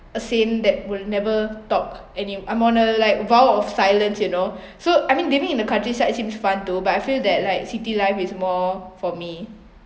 a saint that will never talk and if I'm on a like vow of silence you know so I mean living in the countryside seems fun though but I feel that like city life is more for me